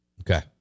Okay